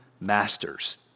masters